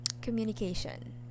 communication